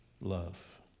love